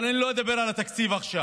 אבל אני לא אדבר על התקציב עכשיו.